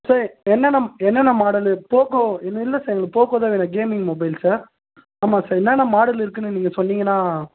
sir என்னன்ன என்னன்ன model இருக்கு போக்கோ இல்லை இல்லை சார் எங்களுக்கு போக்கோ தான் வேணும் கேமிங் மொபைல் சார் ஆமாம் சார் என்னன்ன மாடல் இருக்குதுன்னு நீங்கள் சொன்னிங்கனா